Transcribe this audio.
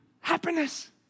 happiness